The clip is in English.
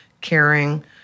caring